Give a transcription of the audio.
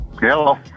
Hello